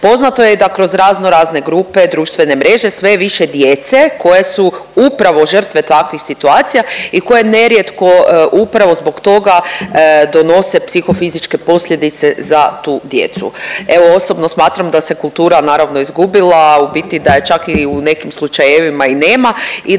Poznato je da kroz razno razne grupe i društvene mreže sve je više djeca koja su upravo žrtve takvih situacija i koje nerijetko upravo zbog toga donose psihofizičke posljedice za tu djecu. Evo osobno smatram da se kultura naravno izgubila, u biti da je čak i u nekim slučajevima i nema